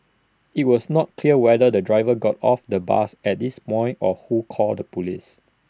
IT was not clear whether the driver got off the bus at this point or who called the Police